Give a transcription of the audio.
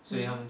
mm